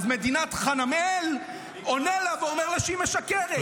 אז מדינת חנמאל עונה לה ואומר לה שהיא משקרת.